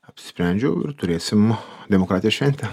apsisprendžiau ir turėsim demokratijos šventę